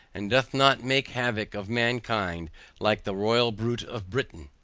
and doth not make havoc of mankind like the royal brute of britain.